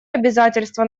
обязательство